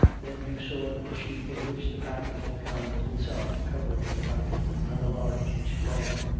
then he saw that the sheet in which the packet had come was itself covered with writing, rather large and sprawling,